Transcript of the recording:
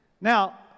Now